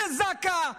בזק"א,